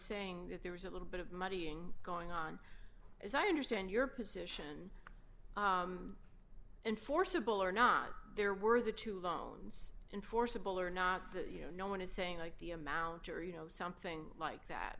saying that there was a little bit of muddying going on as i understand your position enforceable or not there were the two loans enforceable or not that you know no one is saying like the amount or you know something like